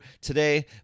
today